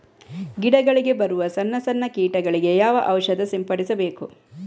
ಗಿಡಗಳಿಗೆ ಬರುವ ಸಣ್ಣ ಸಣ್ಣ ಕೀಟಗಳಿಗೆ ಯಾವ ಔಷಧ ಸಿಂಪಡಿಸಬೇಕು?